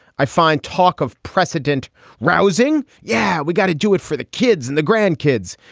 i find talk of precedent rousing. yeah, we got to do it for the kids and the grandkids.